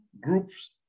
groups